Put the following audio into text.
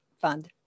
fund